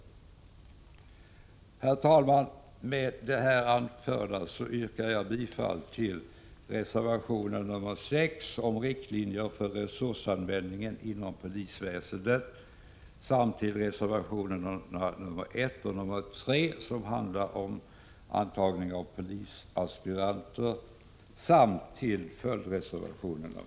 Herr talman! Med det anförda yrkar jag bifall till reservation 6 om riktlinjer för resursanvändningen inom polisväsendet, m.m., till reservationerna 1 och 3, som handlar om antagning av polisaspiranter, samt till följdreservation 13.